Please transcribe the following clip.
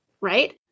right